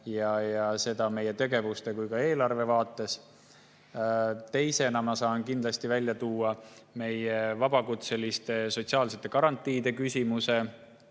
nii meie tegevuste kui ka eelarve vaates. Teisena ma saan kindlasti välja tuua meie vabakutseliste sotsiaalsete garantiide küsimuse,